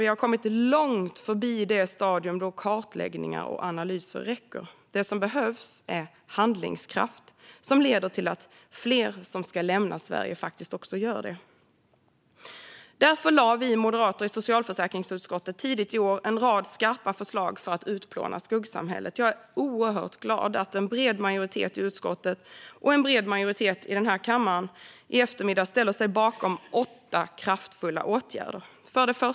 Vi har kommit långt förbi det stadium då kartläggningar och analyser räcker. Det som behövs är handlingskraft som leder till att fler som ska lämna Sverige faktiskt gör det. Därför lade vi moderater i socialförsäkringsutskottet tidigt i år fram en rad skarpa förslag för att utplåna skuggsamhället. Jag är oerhört glad att en bred majoritet i utskottet och en bred majoritet i den här kammaren i eftermiddag ställer sig bakom åtta kraftfulla åtgärder.